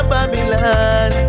Babylon